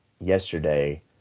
yesterday